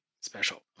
special